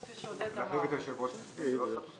כפי שעודד אמר --- ולהחליף את היושב-ראש זה לא סטטוס קוו?